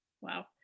wow